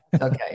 Okay